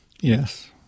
Yes